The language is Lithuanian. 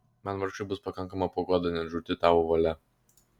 man vargšui bus pakankama paguoda net žūti tavo valia